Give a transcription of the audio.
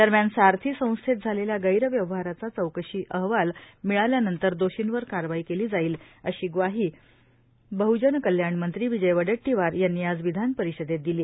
दरम्यान सारथी संस्थेत झालेल्या गैरव्यवहाराचा चौकशी अहवाल मिळाल्यानंतर दोर्षीवर कारवाई केली जाईल ग्वाही बहजन कल्याण मंत्री विजय वडेट्टीवार यांनी आज विधानपरिषदेत दिली